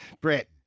Brett